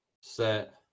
set